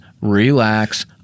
relax